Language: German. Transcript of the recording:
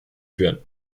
führen